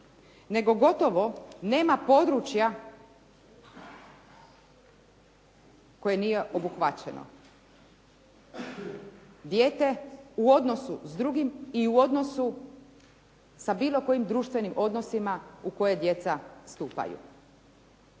nego gotovo nema područja koje nije obuhvaćeno. Dijete u odnosu s drugim i u odnosu sa bilo kojim društvenim odnosima u koje djeca stupaju.